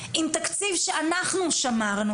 עם תקציב שאנחנו שמרנו.